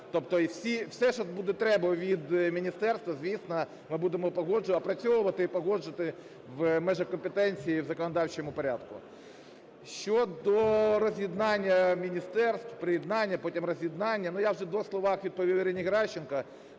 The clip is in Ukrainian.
Тобто все, що буде треба від міністерства, звісно, ми будемо опрацьовувати і погоджувати в межах компетенції і в законодавчому порядку. Щодо роз'єднання міністерств, приєднання, потім роз'єднання, я вже у двох словах відповів Ірині Геращенко.